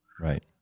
Right